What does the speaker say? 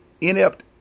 inept